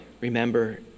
Remember